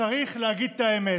צריך להגיד את האמת: